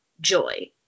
joy